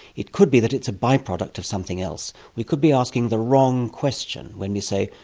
it could be that it's a by-product of something else. we could be asking the wrong question when we say,